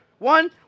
One